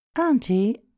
Auntie